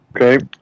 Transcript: Okay